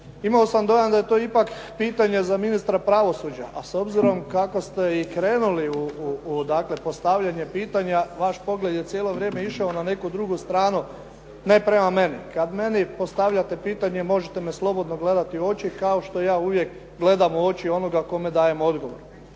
imao sam dojam da je to ipak pitanje za ministra pravosuđa, a s obzirom kako ste i krenuli u dakle, postavljanje pitanja, vaš pogled je cijelo vrijeme išao na neku drugu stranu, ne prema meni. Kad meni postavljate pitanje, možete me slobodno gledati u oči, kao što ja uvijek gledam u oči onoga kome dajem odgovor.